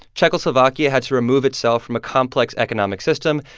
czechoslovakia had to remove itself from a complex economic system,